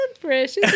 precious